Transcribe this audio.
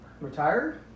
retired